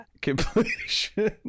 completion